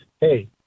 hey